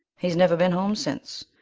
he's never been home since,